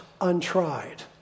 untried